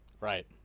right